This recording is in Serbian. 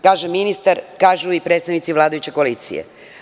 Kaže ministar, kažu i predstavnici vladajuće koalicije.